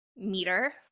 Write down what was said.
meter